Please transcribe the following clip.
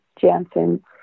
Jansen